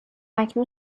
اکنون